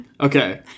Okay